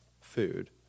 food